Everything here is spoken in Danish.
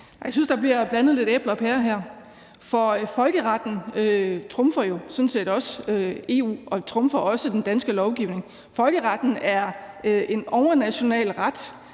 Jeg synes, der bliver blandet lidt æbler og pærer her, for folkeretten trumfer jo sådan set også EU, og den trumfer også den danske lovgivning. Folkeretten er en overnational ret,